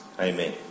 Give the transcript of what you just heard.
Amen